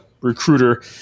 recruiter